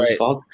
right